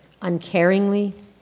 Uncaringly